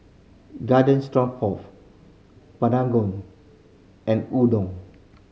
Garden and Udon